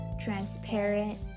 transparent